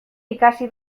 ikasi